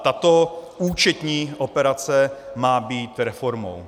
Tato účetní operace má být reformou.